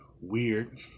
weird